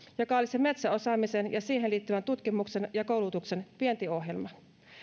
joka olisi metsäosaamisen ja siihen liittyvän tutkimuksen ja koulutuksen vientiohjelma